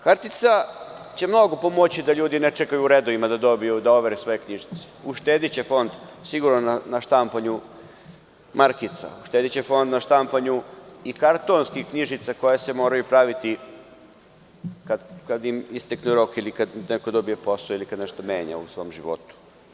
Kartica će mnogo pomoći da ljudi ne čekaju u redovima da overe svoje knjižice, uštedeće Fond sigurno na štampanju markica, uštedeće Fond na štampanju i kartonskih knjižica koje se moraju praviti kada im istekne rok ili kada neko dobije posao ili kada nešto menja u svom životu.